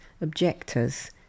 objectors